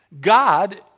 God